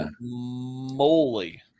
moly